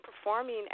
performing